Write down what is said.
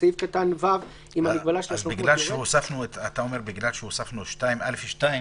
אתה אומר שבגלל שהוספנו סעיף 2(א)(2),